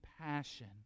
passion